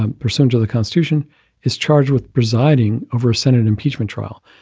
ah percentage of the constitution is charged with presiding over a senate impeachment trial.